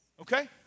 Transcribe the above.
Okay